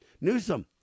Newsom